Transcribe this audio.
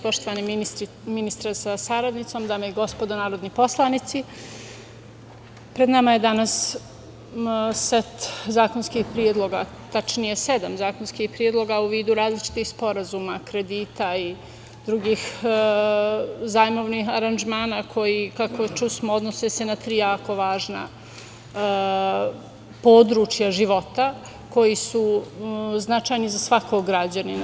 Poštovani ministre sa saradnicom, dame i gospodo narodni poslanici, pred nama je danas set zakonskih predloga, tačnije sedam zakonskih predloga u vidu različitih sporazuma, kredita i drugih zajmovnih aranžmana koji kako smo čuli se odnose na tri jako važna područja života koji su značajni za svakog građanina.